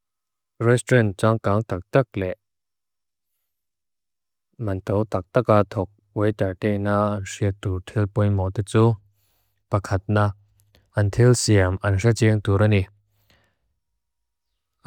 Restaurant jang kang tak tak le. Mantho tak taka thok. Wai ta te na. Siet tu til pwey moti tu. Pakat na. Until siem an siet jeng turani